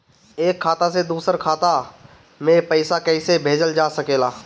एक खाता से दूसरे खाता मे पइसा कईसे भेजल जा सकेला?